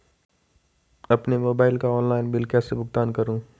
अपने मोबाइल का online bill कैसे भुगतान करूं?